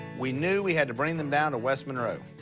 we knew we had to bring them down to west monroe.